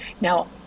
Now